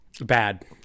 bad